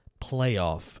playoff